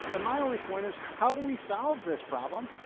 and my only point is how do we solve this problem?